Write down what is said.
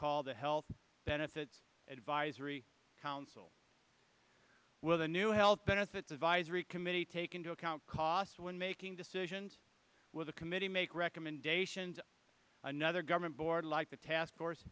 called the health benefits advisory council will the new health benefits advisory committee take into account costs when making decisions with a committee make recommendations another government board like the task force